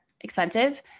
expensive